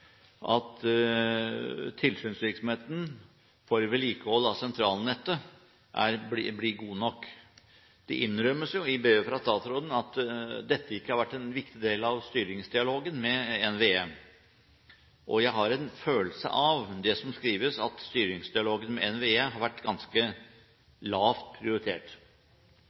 at tilsynsvirksomheten for vedlikehold av sentralnettet blir god nok. Det innrømmes i brevet fra statsråden at dette ikke har vært en viktig del av styringsdialogen med NVE. Jeg har en følelse av, gjennom det som skrives, at styringsdialogen med NVE har vært ganske lavt prioritert.